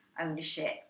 ownership